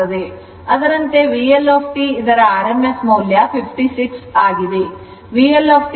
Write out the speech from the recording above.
ಅದರಂತೆ VL t ಇದರ rms ಮೌಲ್ಯ 56 ಆಗಿದೆ